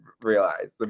realize